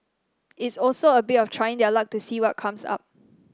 it's also a bit of trying their luck to see what comes up